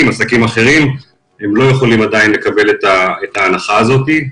ועסקים אחרים כי הם עדיין לא יכולים לקבל את ההנחה הזאת.